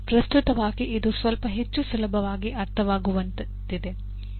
ಪ್ರಸ್ತುತವಾಗಿ ಇದು ಸ್ವಲ್ಪ ಹೆಚ್ಚು ಸುಲಭವಾಗಿ ಅರ್ಥವಾಗುವಂತಹದ್ದಾಗಿದೆ